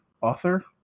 author